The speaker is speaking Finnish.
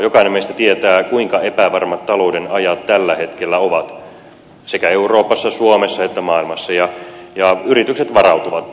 jokainen meistä tietää kuinka epävarmat talouden ajat tällä hetkellä ovat sekä euroopassa suomessa että maailmassa ja yritykset varautuvat tähän